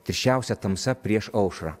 tirščiausia tamsa prieš aušrą